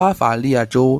巴伐利亚州